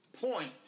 point